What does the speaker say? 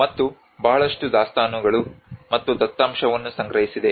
ಮತ್ತು ಬಹಳಷ್ಟು ದಾಸ್ತಾನುಗಳು ಮತ್ತು ದತ್ತಾಂಶವನ್ನು ಸಂಗ್ರಹಿಸಿದೆ